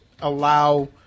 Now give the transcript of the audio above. allow